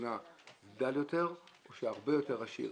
דל יותר או שהרבה יותר עשיר?